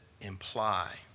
imply